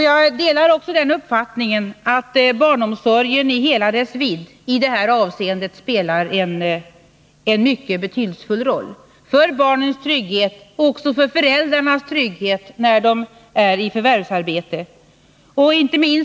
Jag delar också uppfattningen att barnomsorgen i hela dess vidd spelar en mycket betydelsefull roll för barnens trygghet och också för föräldrarnas trygghet när de är i förvärvsarbete.